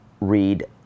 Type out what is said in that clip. read